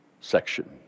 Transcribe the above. section